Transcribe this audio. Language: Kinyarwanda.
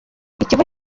ikigo